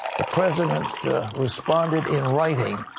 the president responded in writing.